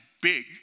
big